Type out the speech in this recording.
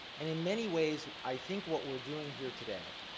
and in many ways, i think what we're doing here today